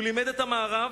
הוא לימד את המערב